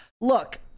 Look